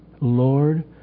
Lord